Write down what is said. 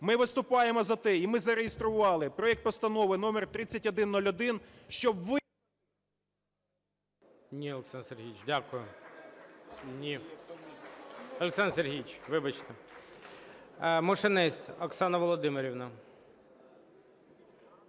Ми виступаємо за те, і ми зареєстрували проект Постанови № 3101, щоб...